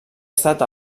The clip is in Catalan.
estat